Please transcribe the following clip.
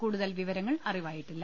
കൂടുതൽ വിവരങ്ങൾ അറിവായിട്ടില്ല